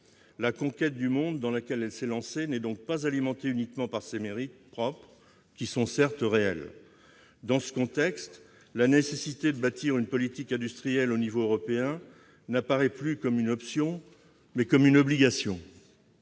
La conquête du monde dans laquelle ce pays s'est lancé n'est donc pas alimentée uniquement par ses mérites propres, qui sont certes réels. Dans ce contexte, la nécessité de bâtir une politique industrielle à l'échelon européen apparaît, non plus comme une option, mais comme une obligation.